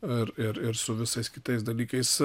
ir ir su visais kitais dalykais